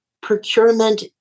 procurement